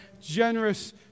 generous